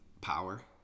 power